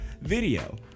video